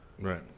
Right